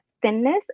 thinness